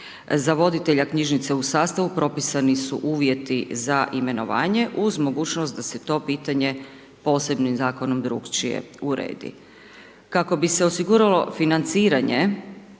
Za voditelja knjižnice u sastavu propisani su uvjeti za imenovanje uz mogućnost da se to pitanje posebnim zakonom drukčije uredi. Kako bi se osiguralo financiranje